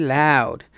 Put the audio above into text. loud